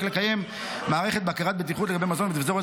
לקיים את מערכת בקרת הבטיחות לגבי מזון בתפזורת